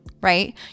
right